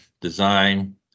design